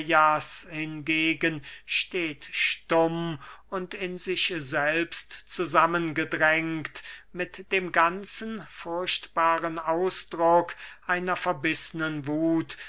hingegen steht stumm und in sich selbst zusammengedrängt mit dem ganzen furchtbaren ausdruck einer verbißnen wuth